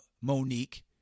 Monique